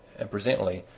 and presently,